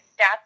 Stats